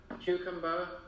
cucumber